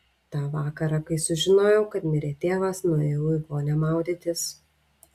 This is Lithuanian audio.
tą vakarą kai sužinojau kad mirė tėvas nuėjau į vonią maudytis